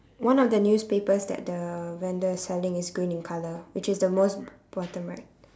one of the newspapers that the vendor is selling is green in colour which is the most bottom right